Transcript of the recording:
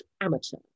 amateur